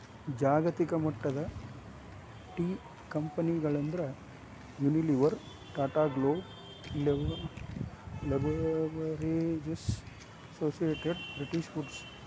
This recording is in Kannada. ಜಾಗತಿಕಮಟ್ಟದ ಟೇಕಂಪೆನಿಗಳಂದ್ರ Unilever, Tata Global Beverages, Associated British foods